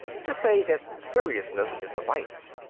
to say that seriousness is a vice.